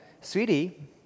sweetie